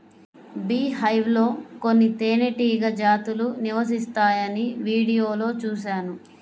beehive లో కొన్ని తేనెటీగ జాతులు నివసిస్తాయని వీడియోలో చూశాను